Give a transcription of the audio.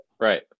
Right